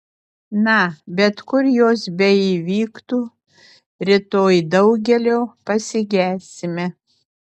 na bet kur jos beįvyktų rytoj daugelio pasigesime